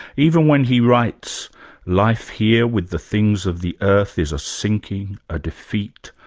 even when he writes life here with the things of the earth is a sinking, a defeat,